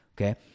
okay